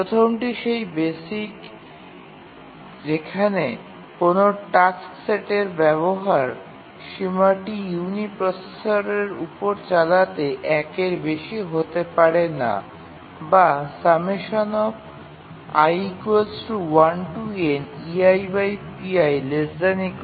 প্রথমটি সেই বেসিক যেখানে কোনও টাস্ক সেটের ব্যবহার সীমাটি ইউনি প্রসেসরের উপর চালাতে ১ এর বেশি হতে পারে না বা ≤1